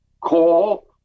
call